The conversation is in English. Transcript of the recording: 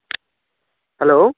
hello